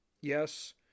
yes